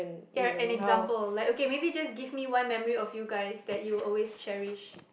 yeah an example like okay maybe just give me one memory of you guys that you always cherish